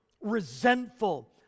resentful